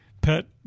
Pet